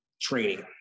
training